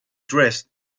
dressed